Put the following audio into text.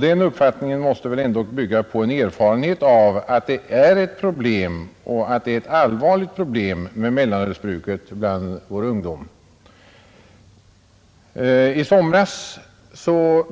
Den uppfattningen måste väl ändå bygga på en erfarenhet om att mellanölsbruket bland vår ungdom är ett allvarligt problem. I somras